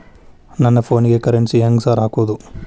ನನ್ ಫೋನಿಗೆ ಕರೆನ್ಸಿ ಹೆಂಗ್ ಸಾರ್ ಹಾಕೋದ್?